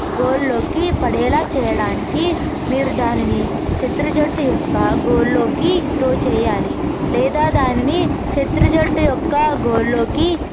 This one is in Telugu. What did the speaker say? గోల్లోకి పడేలా చేయడానికి మీరు దానిని శత్రు జట్టు యొక్క గోల్లోకి త్రో చేయాలి లేదా దానిని శత్రు జట్టు యొక్క గోల్లోకి